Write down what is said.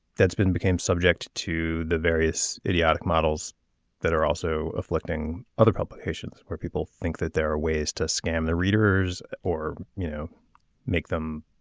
that's been became subject to the various idiotic models that are also afflicting other publications where people think that there are ways to scam the readers or you know make them.